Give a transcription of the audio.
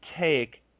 take